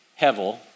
Hevel